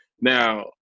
Now